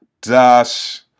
Dash